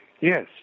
Yes